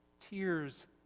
Tears